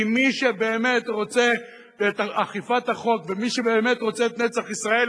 כי מי שבאמת רוצה את אכיפת החוק ומי שבאמת רוצה את נצח ישראל,